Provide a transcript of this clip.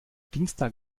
dienstag